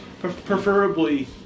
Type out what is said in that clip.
Preferably